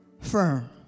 firm